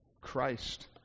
Christ